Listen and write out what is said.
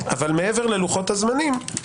אבל מעבר ללוחות הזמנים,